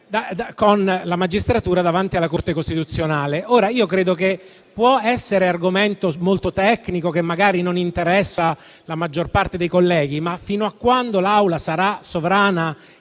e la magistratura davanti alla Corte costituzionale. Può essere un argomento molto tecnico, che magari non interessa alla maggior parte dei colleghi, ma, fino a quando l'Assemblea sarà sovrana